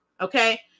Okay